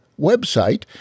website